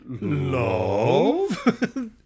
love